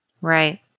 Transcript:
Right